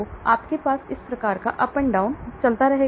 तो आपके पास इस प्रकार का अप एंड डाउन हो सकता है